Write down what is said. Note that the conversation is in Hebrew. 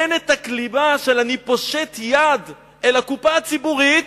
אין כלימה: אני פושט יד אל הקופה הציבורית